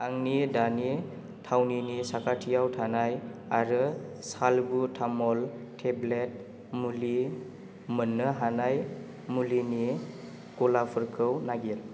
आंनि दानि थावनिनि साखाथियाव थानाय आरो सालबु तामल टेब्लेट मुलि मोननो हानाय मुलिनि गलाफोरखौ नागिर